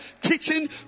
teaching